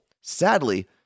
Sadly